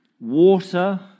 Water